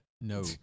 No